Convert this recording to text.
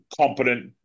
competent